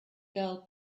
girl